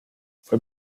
fue